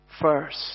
first